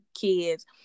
kids